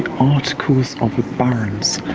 articles of the barons,